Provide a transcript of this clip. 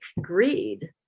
greed